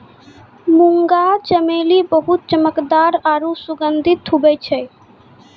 मुंगा चमेली बहुत चमकदार आरु सुगंधित हुवै छै